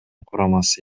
курамасы